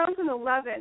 2011